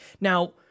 Now